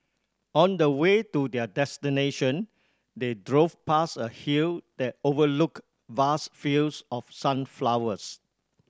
on the way to their destination they drove past a hill that overlooked vast fields of sunflowers